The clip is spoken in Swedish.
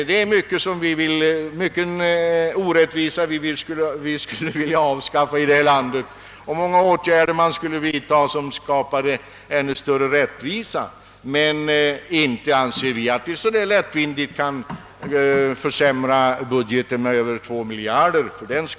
Det finns mycken orättvisa som vi skulle vilja avskaffa här i landet och många åtgärder som vi skulle vilja vidtaga för att skapa ännu större rättvisa, men inte anser vi att vi fördenskull så lättvindigt kan försämra budgeten med över två miljarder kronor.